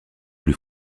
plus